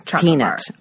peanut